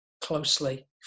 closely